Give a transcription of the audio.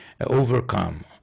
overcome